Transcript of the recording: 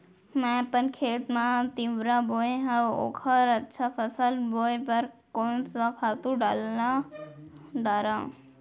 मैं अपन खेत मा तिंवरा बोये हव ओखर अच्छा फसल होये बर कोन से खातू ला डारव?